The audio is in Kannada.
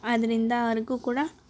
ಅದರಿಂದ ಅವರಿಗೂ ಕೂಡ